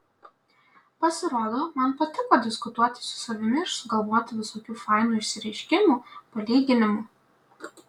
pasirodo man patiko diskutuoti su savimi ir sugalvoti visokių fainų išsireiškimų palyginimų